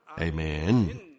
Amen